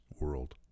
world